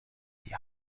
die